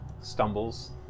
stumbles